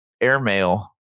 airmail